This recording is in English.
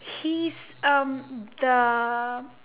he's um the